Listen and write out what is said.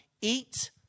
eat